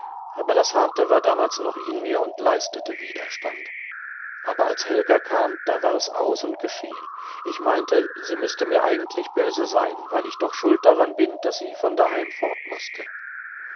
aber das harte war damals noch in mir und leistete widerstand aber als helga kam da war es aus und geschehen ich meinte sie müßte mir eigentlich böse sein weil ich doch schuld daran bin daß sie von daheim fort